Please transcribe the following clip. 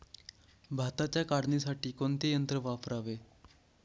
भाताच्या काढणीसाठी कोणते यंत्र वापरावे?